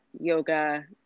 yoga